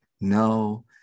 No